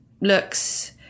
looks